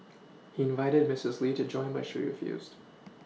he invited Misses Lee to join but she refused